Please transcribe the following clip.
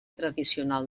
tradicional